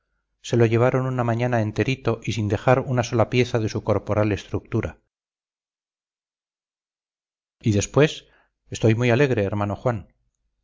se lo llevaron una mañana enterito y sin dejar una sola pieza de su corporal estructura y después estoy muy alegre hermano juan